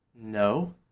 no